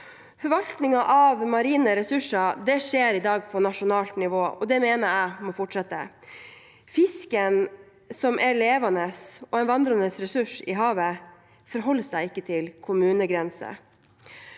Forvaltningen av marine ressurser skjer i dag på nasjonalt nivå. Det mener jeg må fortsette. Fisken, som er en levende og vandrende ressurs i havet, forholder seg ikke til kommunegrenser.